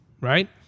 right